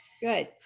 good